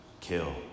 kill